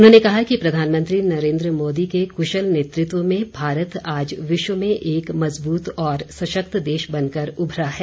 उन्होंने कहा कि प्रधानमंत्री नरेन्द्र मोदी के कुशल नेतृत्व में भारत आज विश्व में एक मज़बूत और सशक्त देश बनकर उभरा है